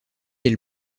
elle